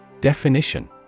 Definition